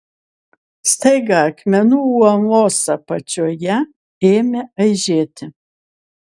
staiga akmenų uolos apačioje ėmė aižėti